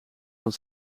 dan